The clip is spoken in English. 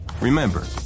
Remember